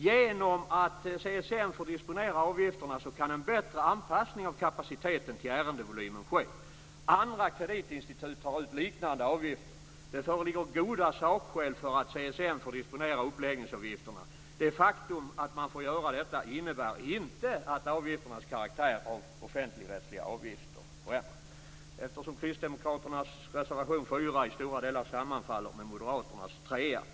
Genom att CSN får disponera avgifterna kan en bättre anpassning av kapaciteten till ärendevolymen ske. Andra kreditinstitut tar ut liknande avgifter. Det föreligger goda sakskäl för att CSN får disponera uppläggningsavgifterna. Det faktum att man får göra detta innebär inte att avgifternas karaktär av offentligrättsliga avgifter förändras. Kristdemokraternas reservation 4 sammanfaller i stora delar med Moderaternas reservation 3.